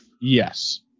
Yes